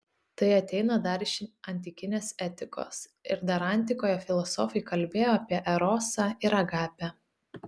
tai ateina dar iš antikinės etikos ir dar antikoje filosofai kalbėjo apie erosą ir agapę